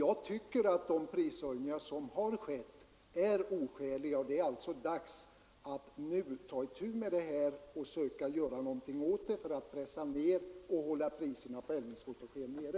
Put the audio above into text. Jag tycker att de prishöjningar som har skett är oskäliga och att det är dags att försöka pressa ned priserna på eldningsfotogen och hålla dem nere.